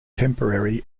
temporary